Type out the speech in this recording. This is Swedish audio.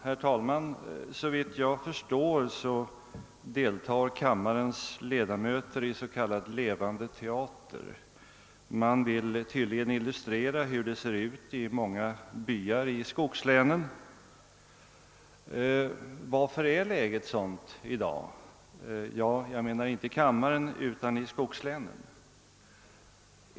Herr talman! Det förefaller mig som om kammarens ledamöter just nu agerar i s.k. levande teater. Man vill tydligen illustrera hur det ser ut i många byar i skogslänen. Varför är då läget sådant i dag? — ja, jag menar inte i denna kammare utan i skogslänen.